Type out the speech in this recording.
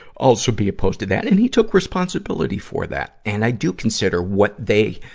also be opposed to that. and he took responsibility for that. and i do consider what they,